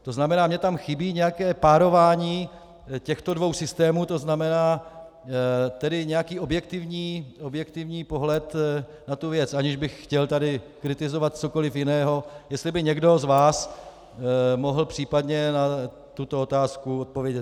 To znamená, mně tam chybí nějaké párování těchto dvou systémů, to znamená nějaký objektivní pohled na tu věc, aniž bych tady chtěl kritizovat cokoli jiného, jestli by někdo z vás mohl případně na tuto otázku odpovědět.